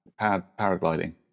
paragliding